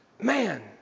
man